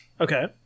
Okay